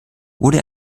wurde